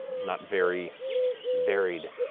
not very varied